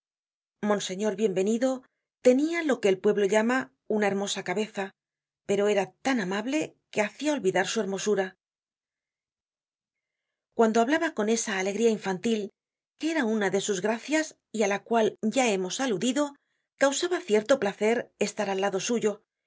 monseñor bienvenido tenia lo que el pueblo llama una hermosa cabeza pero era tan amable que hacia olvidar su hermosura content from google book search cuando hablaba con esa alegría infantil que era una de sus gracias y á la cual ya hemos aludido causaba cierto placer estar al lado suyo